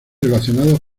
relacionados